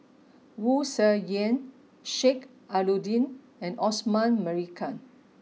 Wu Tsai Yen Sheik Alau'ddin and Osman Merican